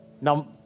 Now